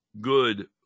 good